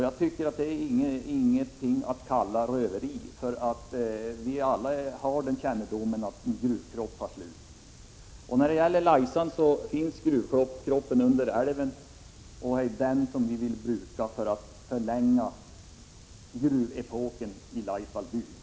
Det finns ingen anledning att kalla detta för röveri. Vi vet alla att gruvkroppar tar slut en gång. När det gäller Laisan finns gruvkroppen under älven, och det är den vi vill bruka för att förlänga gruvepoken i Laisvalls by.